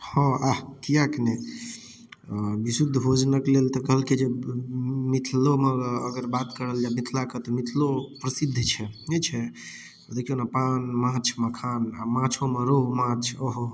हँ आह किएक नहि विशुद्ध भोजनक लेल तऽ कहलकै जे मिथलोमे अगर बात करल जाय मिथिला कऽ तऽ मिथिलो प्रसिद्ध छै नहि छै देखियौ ने पान माछ मखान आ माछोमे रोहु माछ ओहो